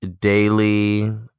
daily